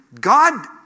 God